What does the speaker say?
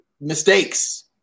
mistakes